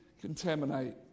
contaminate